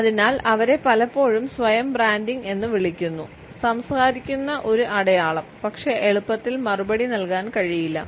അതിനാൽ അവരെ പലപ്പോഴും സ്വയം ബ്രാൻഡിംഗ് എന്ന് വിളിക്കുന്നു സംസാരിക്കുന്ന ഒരു അടയാളം പക്ഷേ എളുപ്പത്തിൽ മറുപടി നൽകാൻ കഴിയില്ല